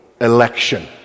Election